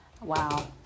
Wow